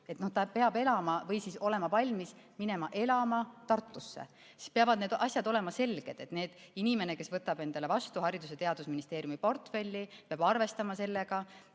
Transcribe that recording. ta peab elama või olema valmis minema elama Tartusse? Need asjad peavad olema selged. Kas inimene, kes võtab vastu Haridus- ja Teadusministeeriumi portfelli, peab arvestama sellega,